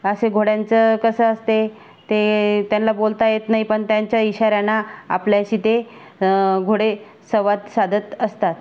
असे घोड्यांचं कसं असते ते त्यांना बोलता येत नाही पण त्यांच्या इशाऱ्यानं आपल्याशी ते घोडे संवाद साधत असतात